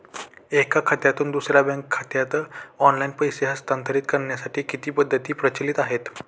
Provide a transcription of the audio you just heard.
एका खात्यातून दुसऱ्या बँक खात्यात ऑनलाइन पैसे हस्तांतरित करण्यासाठी किती पद्धती प्रचलित आहेत?